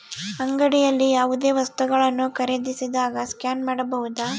ಅಂಗಡಿಯಲ್ಲಿ ಯಾವುದೇ ವಸ್ತುಗಳನ್ನು ಖರೇದಿಸಿದಾಗ ಸ್ಕ್ಯಾನ್ ಮಾಡಬಹುದಾ?